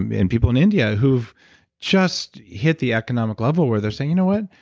and people in india who have just hit the economic level where they're saying, you know what,